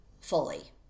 fully